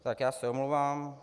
Tak já se omlouvám...